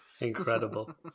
Incredible